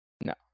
No